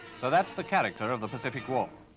so that's the character of the pacific war.